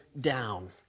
down